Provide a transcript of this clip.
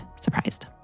surprised